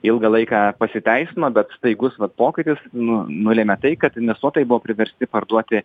ilgą laiką pasiteisino bet staigus pokytis nu nulėmė tai kad investuotojai buvo priversti parduoti